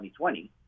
2020